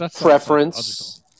preference